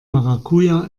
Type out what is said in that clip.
maracuja